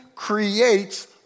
creates